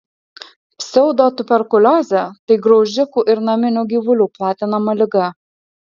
pseudotuberkuliozė tai graužikų ir naminių gyvulių platinama liga